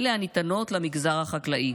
ובין אלה הניתנות למגזר החקלאי.